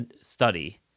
Study